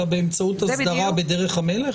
אלא באמצעות הסדרה בדרך המלך?